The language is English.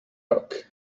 rock